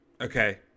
Okay